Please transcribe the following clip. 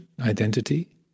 identity